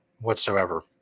whatsoever